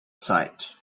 side